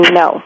no